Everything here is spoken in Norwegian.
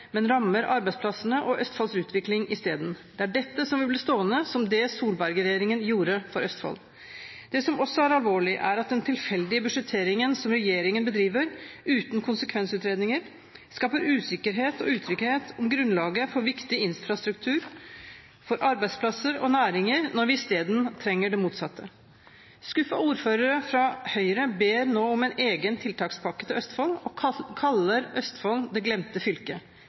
men rammer arbeidsplassene og Østfolds utvikling isteden. Det er dette som vil bli stående som det Solberg-regjeringen gjorde for Østfold. Det som også er alvorlig, er at den tilfeldige budsjetteringen som regjeringen bedriver, uten konsekvensutredninger, skaper usikkerhet og utrygghet om grunnlaget for viktig infrastruktur for arbeidsplasser og næringer, når vi isteden trenger det motsatte. Skuffede ordførere fra Høyre ber nå om en egen tiltakspakke til Østfold og kaller Østfold det glemte fylket.